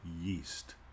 yeast